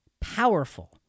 powerful